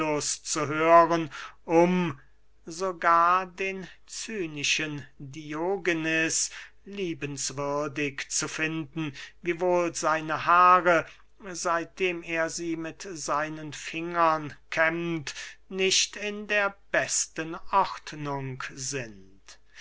zu hören um sogar den cynischen diogenes liebenswürdig zu finden wiewohl seine haare seitdem er sie mit seinen fingern kämmt nicht in der besten ordnung sind